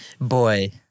boy